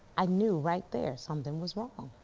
i knew right there something was wrong.